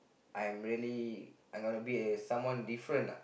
I'm really I got to be a someone different uh